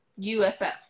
USF